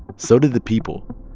so did the people.